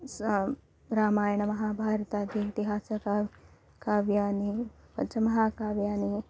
सः रामायणमहाभारतादीनि इतिहासं काव्यानि काव्यानि पञ्चमहाकाव्यानि